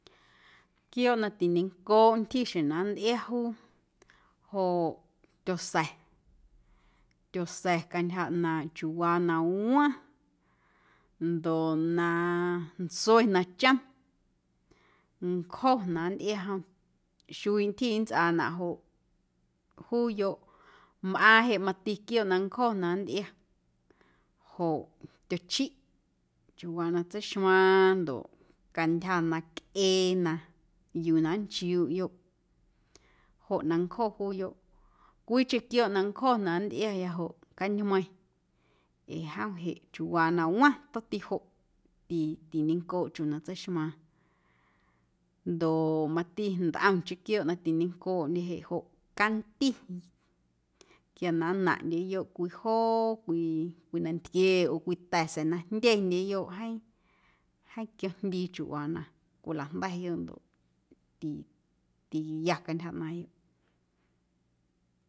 Quiooꞌ na tiñencooꞌ ntyji xjeⁿ na nntꞌia juu joꞌ tyosa̱, tyosa̱ cantyja ꞌnaaⁿꞌ chiuuwaa na waⁿ ndoꞌ na ntsue na chom ncjo na nntꞌia jom xuiiꞌ ntyji nntsꞌaanaꞌ joꞌ juuyoꞌ. Mꞌaaⁿ jeꞌ mati quioꞌ na ncjo na nntꞌia joꞌ tyochiꞌ chiuuwaa na tseixmaaⁿ ndoꞌ cantyja na cꞌee na yuu na nnchiuuꞌyoꞌ joꞌ na ncjo juuyoꞌ, cwiicheⁿ quiooꞌ na ncjo na nntꞌiaya joꞌ cajmeiⁿ ee jom jeꞌ chiuuwaa na waⁿ tomti joꞌ titiñencooꞌ chiuuwaa na tseixmaaⁿ ndoꞌ mati ntꞌomcheⁿ quiooꞌ na tiñencooꞌndye jeꞌ joꞌ canti quia na nnaⁿꞌndyeyoꞌ cwii joo cwii cwii nantquie oo cwii ta̱ sa̱a̱ na jndyendyeyoꞌ jeeⁿ jeeⁿ quiojndyii chiuuwaa na cwilajnda̱yoꞌ ndoꞌ ti tiya cantyja ꞌnaaⁿyoꞌ.